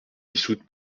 dissoute